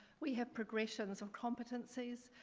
we have progressions of competencies,